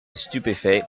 stupéfait